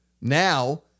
Now